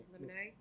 Lemonade